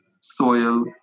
soil